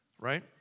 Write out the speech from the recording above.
right